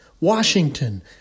Washington